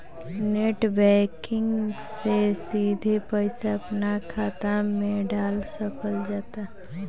net banking से सिधे पईसा अपना खात मे डाल सकल जाता